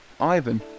Ivan